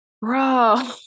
bro